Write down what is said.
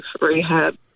rehab